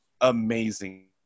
amazing